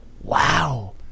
Wow